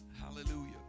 Hallelujah